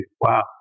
Wow